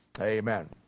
Amen